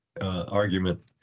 argument